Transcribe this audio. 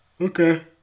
Okay